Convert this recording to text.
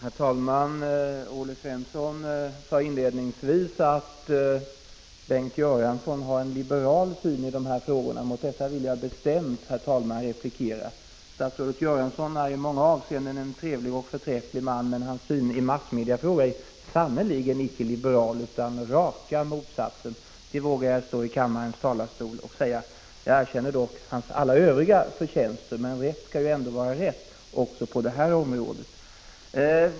Herr talman! Olle Svensson antydde inledningsvis att Bengt Göransson har en liberal syn i dessa frågor. Mot detta vill jag, herr talman, bestämt replikera. Statsrådet Göransson är i många avseenden en trevlig och förträfflig man, men hans syn i massmediefrågor är sannerligen icke liberal utan raka motsatsen. Det vågar jag stå i kammarens talarstol och säga. Jag erkänner dock hans förtjänster i övrigt, men rätt skall vara rätt också på det här området.